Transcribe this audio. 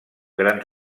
grans